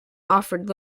offered